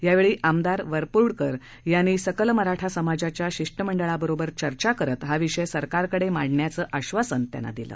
यावेळी आमदार वरपुडकर यांनी सकल मराठा समाजाच्या शिष्टमंडळाबरोबर चर्चा करत हा विषय सरकारकडे मांडण्याचं आश्वासन दिलं